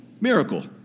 Miracle